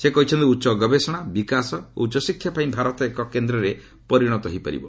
ସେ କହିଛନ୍ତି ଉଚ୍ଚ ଗବେଷଣା ବିକାଶ ଓ ଉଚ୍ଚଶିକ୍ଷା ପାଇଁ ଭାରତ ଏକ କେନ୍ଦ୍ରରେ ପରିଣତ ହୋଇପାରିବ